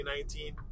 2019